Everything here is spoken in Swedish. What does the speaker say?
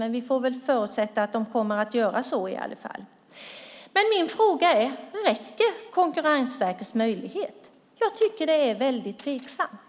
Vi får väl förutsätta att de kommer att göra det i alla fall. Min fråga är: Räcker Konkurrensverkets möjligheter? Jag tycker att det är mycket tveksamt.